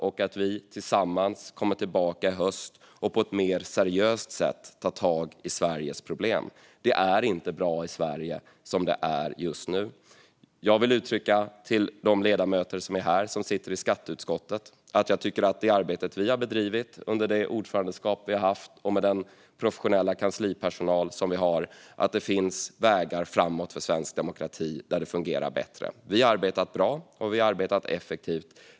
Jag önskar att vi kommer tillbaka i höst och tillsammans tar tag i Sveriges problem på ett mer seriöst sätt. Det är inte bra i Sverige som det är just nu. Till de ledamöter i skatteutskottet som är här vill jag uttrycka att det arbete vi har bedrivit under det ordförandeskap vi har haft - med hjälp av den professionella kanslipersonal vi har - visar att det finns vägar framåt för svensk demokrati där det fungerar bättre. Vi har arbetat bra, och vi har arbetat effektivt.